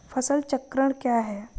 फसल चक्रण क्या है?